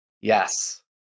Yes